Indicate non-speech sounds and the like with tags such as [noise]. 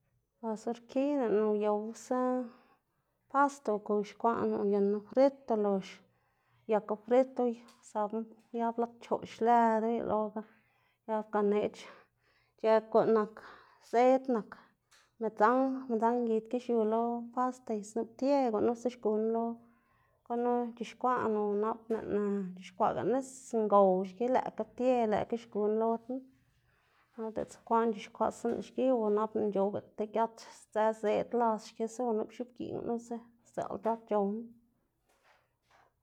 Bos or ki lëꞌná uyowsa pasta uguxkwaꞌná uyunn- ná frit, ulox uyaku frit usabná uyap lad pchoꞌx lëdu uyeloga uyap ganeꞌc̲h̲ ic̲h̲ë guꞌn nak [noise] zëd nak, midzang midzang ngid ki xiu lo pasta y snup ptie, gunusa xguná lo gunu c̲h̲ixkwaꞌná o nap lëꞌná c̲h̲ixkwaꞌga nis ngow xki lëꞌkga ptie lëꞌkga xguná lo knu, [noise] o diꞌltsa ukwaꞌn c̲h̲ixkwaꞌsaná xki o nap lëꞌná c̲h̲owga ti giat sdzë zëd las xkisa o nup x̱oꞌbgiꞌn gunusa [noise] sdzaꞌl giat c̲h̲owná. [noise]